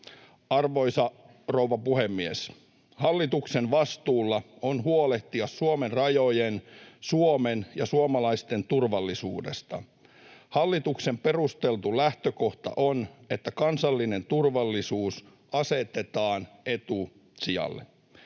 Arvoisa rouva puhemies! Hallituksen vastuulla on huolehtia Suomen rajojen, Suomen ja suomalaisten turvallisuudesta. Hallituksen perusteltu lähtökohta on, että kansallinen turvallisuus asetetaan etusijalle.